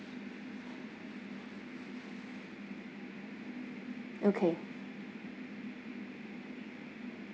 okay